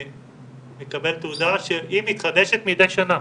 הוא מקבל תעודה שמתחדשת מדי שנה.